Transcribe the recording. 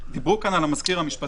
דיברו פה על המזכיר המשפטי.